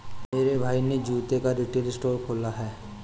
मेरे भाई ने जूतों का रिटेल स्टोर खोला है